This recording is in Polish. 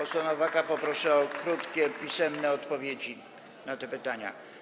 Ministra Nowaka poproszę o krótkie pisemne odpowiedzi na te pytania.